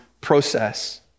process